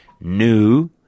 new